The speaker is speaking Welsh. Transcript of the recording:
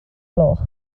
gloch